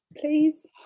please